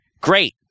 great